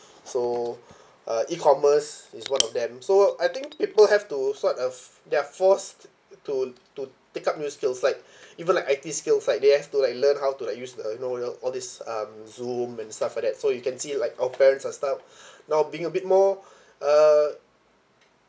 so uh E_commerce is one of them so I think people have to sort of they're forced t~ to to take up new skills like even like I_T skills like they have to like learn how to like use the you know know all these um zoom and stuff like that so you can see like our parents are start now being a bit more uh